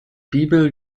bibel